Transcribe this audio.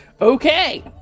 Okay